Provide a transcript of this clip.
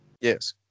yes